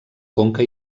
conca